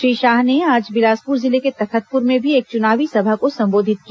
श्री शाह ने आज बिलासपुर जिले के तखतपुर में भी एक चुनावी सभा को संबोधित किया